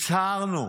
הצהרנו: